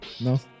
No